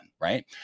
right